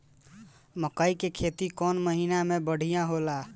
मकई के खेती कौन महीना में बढ़िया होला?